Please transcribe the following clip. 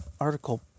article